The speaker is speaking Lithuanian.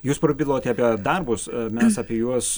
jūs prabilote apie darbus mes apie juos